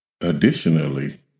Additionally